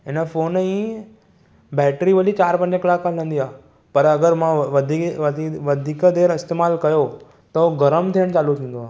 हिन फोन जी बैटरी वरी चार पंज कलाकु हलंदी आहे पर अगरि मां वधीक वधीक देर इस्तेमालु कयो त उहो गरमु थियणु चालू थींदो आहे